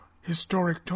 historic